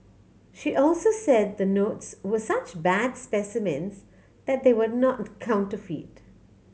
she also said the notes were such bad specimens that they were not counterfeit